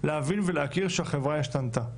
להבין ולהכיר בכך שהחברה השתנתה.